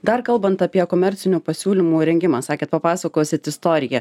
dar kalbant apie komercinių pasiūlymų rengimą sakėt papasakosit istoriją